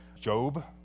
Job